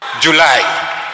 july